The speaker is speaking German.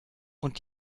und